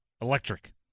electric